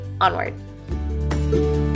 onward